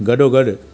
गॾोगॾु